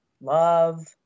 love